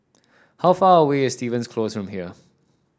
how far away is Stevens Close from here